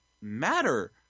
matter